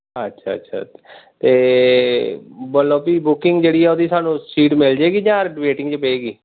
ਅੱਛਾ ਅੱਛਾ ਅਤੇ ਮਤਲਬ ਬਈ ਬੁਕਿੰਗ ਜਿਹੜੀ ਆ ਉਹਦੀ ਸਾਨੂੰ ਸੀਟ ਮਿਲ ਜਾਏਗੀ ਜਾਂ ਵੇਟਿੰਗ 'ਚ ਪਏਗੀ